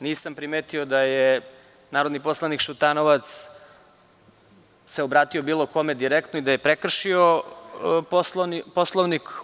Nisam primetio da se narodni poslanik Šutanovac obratio bilo kome direktno i da je prekršio Poslovnik.